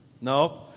No